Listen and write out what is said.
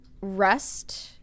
rest